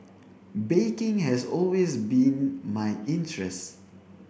baking has always been my interest